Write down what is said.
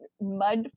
mud